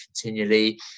continually